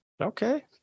Okay